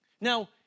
Now